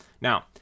Now